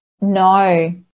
No